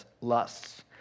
lusts